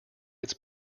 its